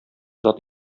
зат